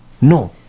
No